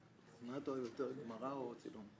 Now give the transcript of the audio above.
מה אתה אוהב יותר, גמרא או צילום?